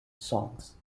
songs